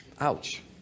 ouch